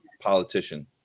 politician